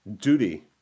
duty